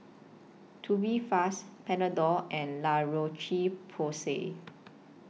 Tubifast Panadol and La Roche Porsay